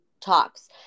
talks